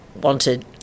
wanted